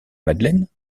madeleine